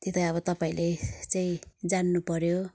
त्यही त अब तपाईँले चाहिँ जान्नुपर्यो